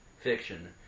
fiction